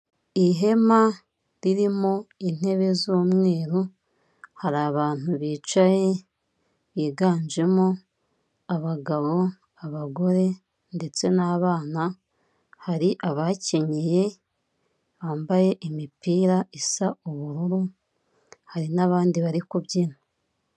Ihema ririmo intebe z'umweru, hari abantu bicaye, higanjemo abagabo, abagore ndetse n'abana, hari abakinnyeye bambaye imipira isa ubururu hari n'abandi bari kubyina.